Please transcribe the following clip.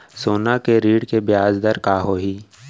सोना के ऋण के ब्याज दर का होही?